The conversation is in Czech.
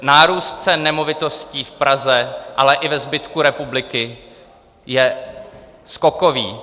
Nárůst cen nemovitostí v Praze, ale i ve zbytku republiky je skokový.